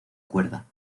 cuerda